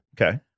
Okay